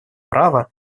права